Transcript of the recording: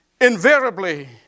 invariably